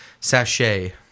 Sachet